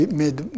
made